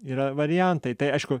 yra variantai tai aišku